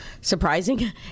surprising